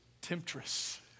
temptress